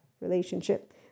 relationship